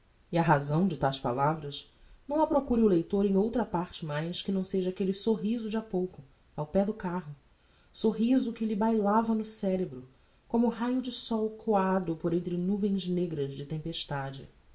e a razão de taes palavras não a procure o leitor em outra parte mais que não seja aquelle sorriso de ha pouco ao pé do carro sorriso que lhe bailava no cerebro como raio de sol coado por entre nuvens negras de tempestade